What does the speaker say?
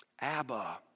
Abba